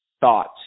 thoughts